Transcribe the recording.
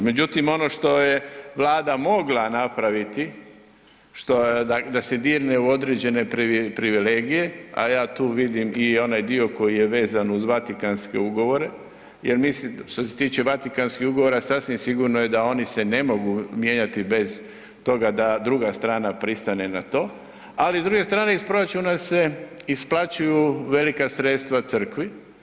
Međutim, ono što je Vlada mogla napraviti, što je, da se dirne u određene privilegije, a ja tu vidim i onaj dio koji je vezan uz Vatikanske ugovore jer mislim, što se tiče Vatikanskih ugovora sasvim sigurno da oni se ne mogu mijenjati bez toga da druga strana pristane na to, ali s druge strane iz proračuna se isplaćuju velika sredstva crkvi.